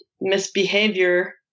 misbehavior